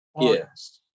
Yes